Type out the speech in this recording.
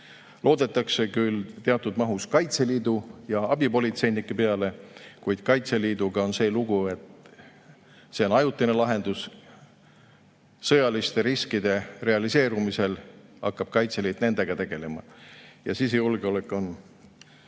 Loodetakse küll teatud mahus Kaitseliidu ja abipolitseinike peale, kuid Kaitseliiduga on see lugu, et see on ajutine lahendus. Sõjaliste riskide realiseerumisel hakkab Kaitseliit nendega tegelema ja sisejulgeolek on